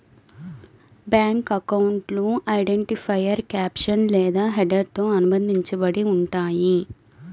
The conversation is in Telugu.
బ్యేంకు అకౌంట్లు ఐడెంటిఫైయర్ క్యాప్షన్ లేదా హెడర్తో అనుబంధించబడి ఉంటయ్యి